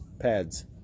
pads